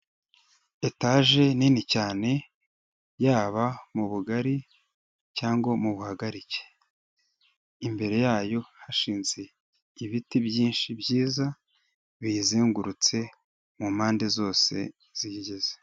Etaje nini cyane, yaba mu bugari cyangwa mu buhagarike. Imbere yayo hashinze ibiti byinshi byiza, biyizengurutse mu mpande zose ziyigize.